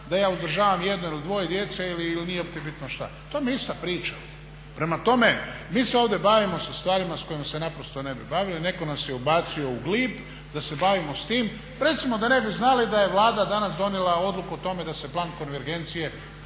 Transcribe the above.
da ja uzdržavam jedno ili dvoje djece ili nije uopće bitno što. To vam je ista priča. Prema tome, mi se ovdje bavimo sa stvarima s kojima se naprosto ne bi bavili. Netko nas je ubacio u glib da se bavimo s tim. Recimo da ne bi znala da je Vlada danas donijela odluku o tome da se plan konvergencije